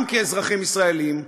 גם כאזרחים ישראלים,